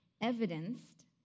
evidenced